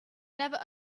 never